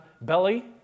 belly